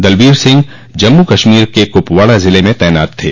दलवीर सिंह जम्मू कश्मीर के कुपवाड़ा जिले में तैनात थे